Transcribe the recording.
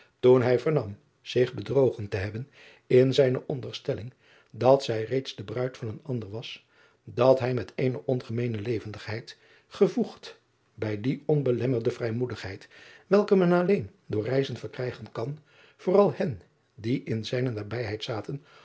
hij vernam zich bedrogen te hebben in zijne onderstelling dat zij reeds de bruid van een ander was dat hij met eene ongemeene levendigheid gevoegd bij die onbelemmerde vrijmoedigheid welke men alleen door reizen verkrijgen kan vooral hen die in zijne nabijheid zaten